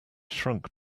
shrunk